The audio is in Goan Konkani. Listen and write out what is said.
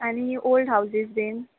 आनी ओल्ड हावजीज बी